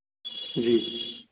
जी